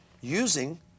using